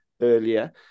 earlier